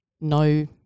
no